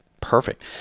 Perfect